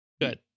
good